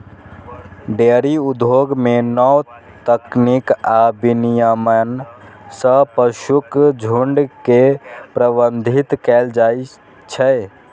dairy उद्योग मे नव तकनीक आ विनियमन सं पशुक झुंड के प्रबंधित कैल जाइ छै